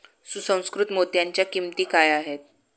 सुसंस्कृत मोत्यांच्या किंमती काय आहेत